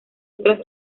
otras